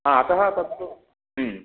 आ अतः तत्तु